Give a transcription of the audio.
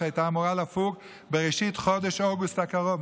והייתה אמורה לפוג בראשית חודש אוגוסט הקרוב,